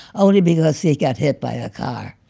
only because he he got hit by a car.